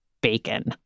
bacon